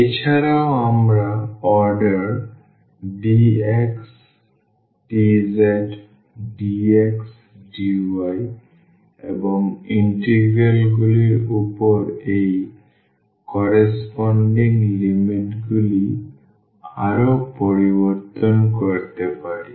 এছাড়াও আমরা order dx dz dx dy এবং ইন্টিগ্রালগুলির উপর এর সংশ্লিষ্ট লিমিটগুলি আরও পরিবর্তন করতে পারি